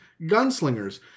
gunslingers